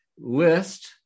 list